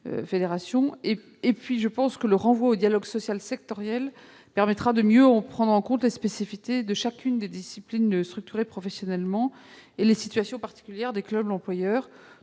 En outre, je pense que le fait de renvoyer au dialogue social sectoriel permettra de mieux prendre en compte les spécificités de chacune des disciplines structurées professionnellement et les situations particulières des clubs employeurs,